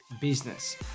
business